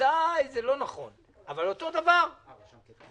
בהתאם להוראות הפקודה,